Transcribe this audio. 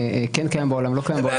וכן קיים בעולם או לא קיים בעולם.